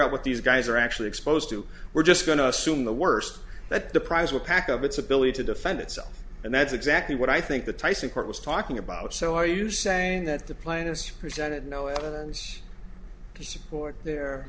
out what these guys are actually exposed to we're just going to assume the worst that deprives will pack of its ability to defend itself and that's exactly what i think the tyson court was talking about so are you saying that the plainest presented no evidence to support their